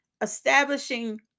Establishing